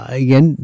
again